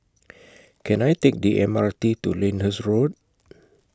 Can I Take The M R T to Lyndhurst Road